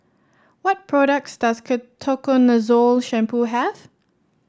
what products does Ketoconazole Shampoo have